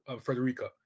Frederica